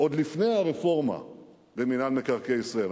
עוד לפני הרפורמה במינהל מקרקעי ישראל,